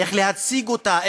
איך להשיג אותה?